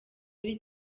ari